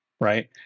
right